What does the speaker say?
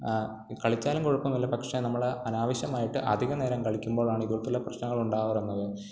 കളിച്ചാലും കുഴപ്പമല്ല പക്ഷെ നമ്മൾ അനാവശ്യമായിട്ട് അധികനേരം കളിക്കുമ്പോളാണ് ഇതുപോലത്തുള്ള പ്രശ്നങ്ങളുണ്ടാകാറുള്ളത്